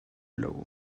lowe